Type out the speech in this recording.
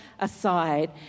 aside